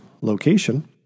location